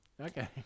Okay